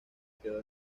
quedó